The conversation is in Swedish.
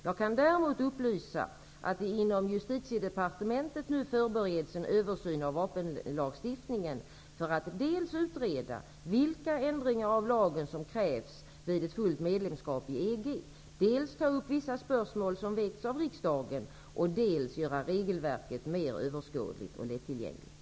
Jag kan däremot upplysa om att det inom Justitiedepartementet nu förbereds en översyn av vapenlagstiftningen, för att dels utreda vilka ändringar av lagen som krävs vid ett fullt medlemskap i EG, dels ta upp vissa spörsmål som väckts av riksdagen och dels göra regelverket mer överskådligt och lättillgängligt.